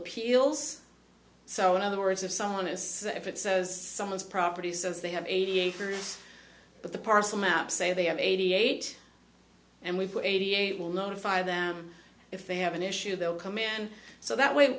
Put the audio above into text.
appeals so in other words if someone is if it says someone's property says they have eighty acres but the parcel maps say they have eighty eight and we've got eighty eight will notify them if they have an issue they'll come in and so that way